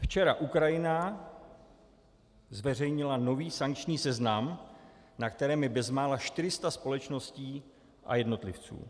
Včera Ukrajina zveřejnila nový sankční seznam, na kterém je bezmála 400 společností a jednotlivců.